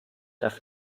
darf